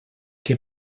que